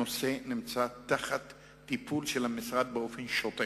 הנושא נמצא בטיפול המשרד באופן שוטף,